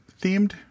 themed